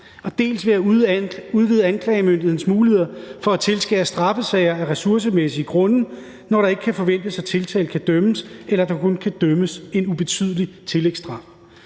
dels ved at der gives anklagemyndigheden udvidet mulighed for at tilskære straffesager af ressourcemæssige grunde, når det ikke kan forventes, at tiltalte kan dømmes, eller at der kun kan idømmes en ubetydelig tillægsstraf.